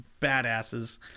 badasses